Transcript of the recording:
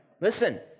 listen